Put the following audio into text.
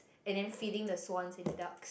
and then feeding the swans and duck